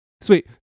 sweet